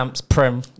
Prem